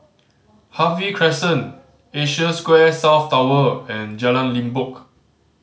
Harvey Crescent Asia Square South Tower and Jalan Limbok